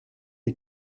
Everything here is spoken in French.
est